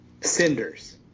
cinders